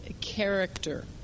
character